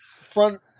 front